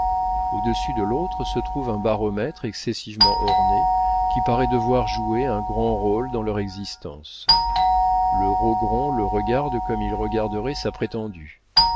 au-dessus de l'autre se trouve un baromètre excessivement orné qui paraît devoir jouer un grand rôle dans leur existence le rogron le regarde comme il regarderait sa prétendue